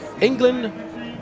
England